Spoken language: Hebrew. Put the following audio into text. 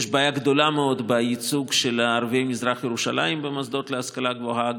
יש בעיה גדולה מאוד בייצוג של ערביי מזרח ירושלים במוסדות להשכלה גבוהה.